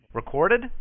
recorded